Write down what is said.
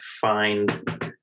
find